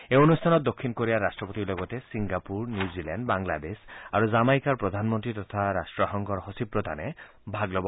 এই অনুষ্ঠানত দক্ষিণ কোৰিয়াৰ ৰাট্টপতিৰ লগতে ছিংগাপুৰ নিউজিলেণ্ড বাংলাদেশ আৰু জামাইকাৰ প্ৰধানমন্ত্ৰী তথা ৰাট্টসংঘৰ সচিব প্ৰধানে ভাগ লব